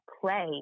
play